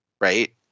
right